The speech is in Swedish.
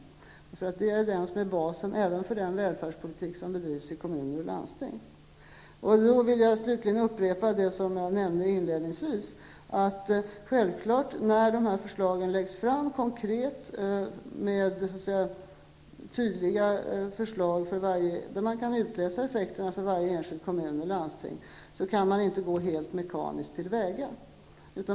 Det är den som är basen även för den välfärdspolitik som förs i kommuner och landsting. Slutligen vill jag upprepa något av det jag nämnde inledningsvis. När förslag läggs fram konkret, och där man tydligt kan utläsa effekterna för varje enskild kommun och enskilt landsting, kan vi självfallet inte gå helt mekaniskt till väga.